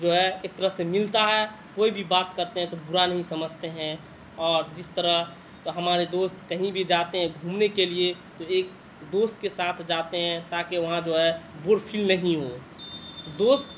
جو ہے ایک طرح سے ملتا ہے کوئی بھی بات کرتے ہیں تو برا نہیں سمجھتے ہیں اور جس طرح ہمارے دوست کہیں بھی جاتے ہیں گھومنے کے لیے تو ایک دوست کے ساتھ جاتے ہیں تا کہ وہاں جو ہے بور فیل نہیں ہو دوست